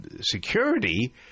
security